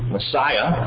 Messiah